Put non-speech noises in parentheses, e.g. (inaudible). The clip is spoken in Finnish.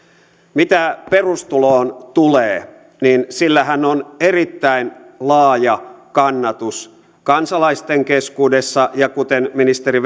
mitä perustuloon tulee niin sillähän on erittäin laaja kannatus kansalaisten keskuudessa ja kuten ministeri (unintelligible)